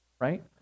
right